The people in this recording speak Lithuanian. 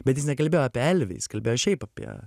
bet jis nekalbėjo apie elvį jis kalbėjo šiaip apie